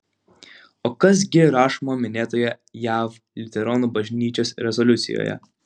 o kas gi rašoma minėtoje jav liuteronų bažnyčios rezoliucijoje